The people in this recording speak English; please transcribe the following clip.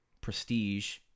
prestige